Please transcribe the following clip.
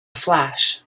flash